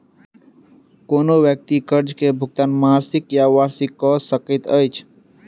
कोनो व्यक्ति कर्ज के भुगतान मासिक या वार्षिक कअ सकैत अछि